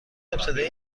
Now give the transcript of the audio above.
ابتدایی